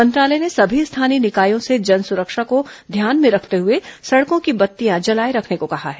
मंत्रालय ने सभी स्थानीय निकायों से ध्यान में रखते हुए सड़कों की बत्तियां जलाए रखने को कहा है